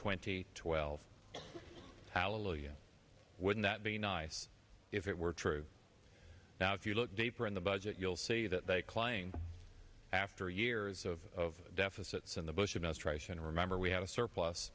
twenty twelve hallelujah wouldn't that be nice if it were true now if you look deeper in the budget you'll see that they claim after years of deficits in the bush administration remember we have a surplus